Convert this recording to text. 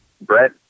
Brett